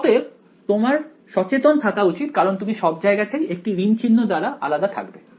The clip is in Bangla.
অতএব তোমার সচেতন থাকা উচিত কারণ তুমি সব জায়গাতেই একটি ঋণ চিহ্ন দ্বারা আলাদা থাকবে